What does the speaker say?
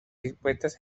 dispuestas